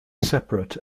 separate